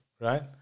Right